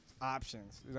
options